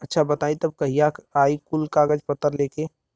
अच्छा बताई तब कहिया आई कुल कागज पतर लेके?